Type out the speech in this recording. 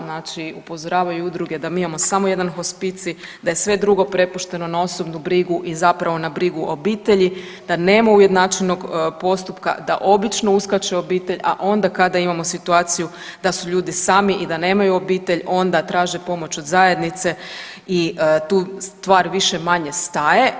Znači upozoravaju udruge da mi imamo samo jedan hospicij, da je sve drugo prepušteno na osobnu brigu i zapravo na brigu obitelji, da nema ujednačenog postupka, da obično uskače obitelj, a onda kada imamo situaciju da su ljudi sami i da nemaju obitelj onda traže pomoć od zajednice i tu stvar više-manje staje.